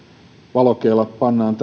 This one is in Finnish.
valokeila vain pannaan